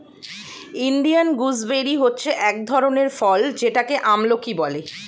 Indian gooseberry হচ্ছে এক ধরনের ফল যেটাকে আমলকি বলে